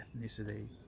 ethnicity